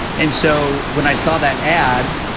and so, when i saw that ad,